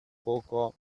poco